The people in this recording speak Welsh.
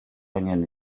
angen